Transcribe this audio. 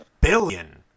billion